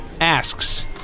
asks